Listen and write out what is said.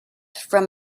from